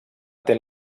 tel